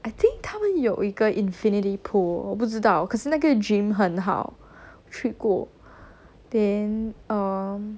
I think 他们有一个 infinity pool 我不知道可是那个 gym 很好去过 then err